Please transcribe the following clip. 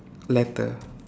letter